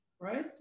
right